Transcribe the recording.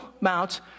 mount